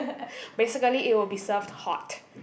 basically it will be served hot